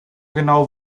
genau